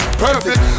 perfect